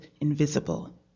invisible